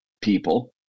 people